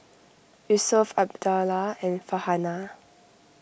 Yusuf Abdullah and Farhanah